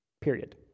Period